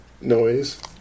noise